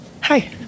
Hi